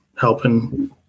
helping